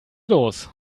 los